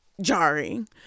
jarring